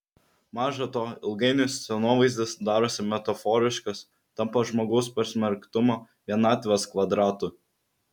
maža to ilgainiui scenovaizdis darosi metaforiškas tampa žmogaus pasmerktumo vienatvės kvadratu